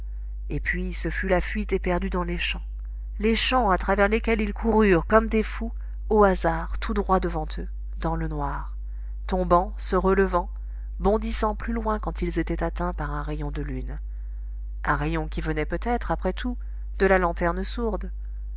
et puis ce fut la fuite éperdue dans les champs les champs à travers lesquels ils coururent comme des fous au hasard tout droit devant eux dans le noir tombant se relevant bondissant plus loin quand ils étaient atteints par un rayon de lune un rayon qui venait peut-être après tout de la lanterne sourde